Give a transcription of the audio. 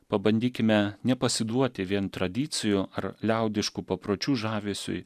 pabandykime nepasiduoti vien tradicijų ar liaudiškų papročių žavesiui